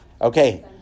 Okay